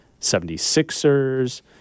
76ers